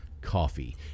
coffee